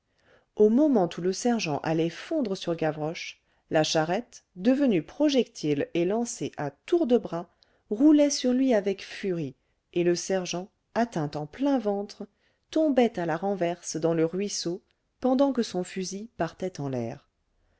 au moment où le sergent allait fondre sur gavroche la charrette devenue projectile et lancée à tour de bras roulait sur lui avec furie et le sergent atteint en plein ventre tombait à la renverse dans le ruisseau pendant que son fusil partait en l'air